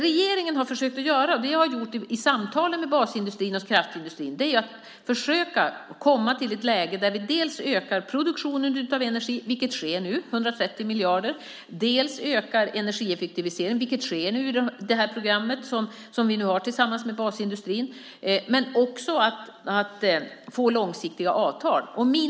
Regeringen har i samtal med basindustrin och kraftindustrin försökt att komma till ett läge där vi dels ökar produktionen av energi, vilket sker nu, 130 miljarder, dels ökar energieffektiviseringen, vilket sker nu i det program vi har tillsammans med basindustrin, dels får långsiktiga avtal.